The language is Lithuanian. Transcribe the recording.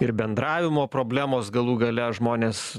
ir bendravimo problemos galų gale žmonės